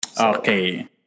okay